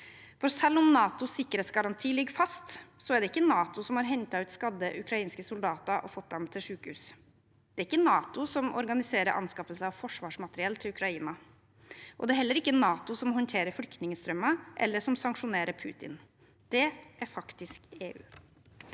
Selv om NATOs sikkerhetsgaranti ligger fast, er det ikke NATO som har hentet ut skadde ukrainske soldater og fått dem til sykehus. Det er ikke NATO som organiserer anskaffelse av forsvarsmateriell til Ukraina. Det er heller ikke NATO som håndterer flyktningstrømmen, eller som sanksjonerer Putin. Det er faktisk EU.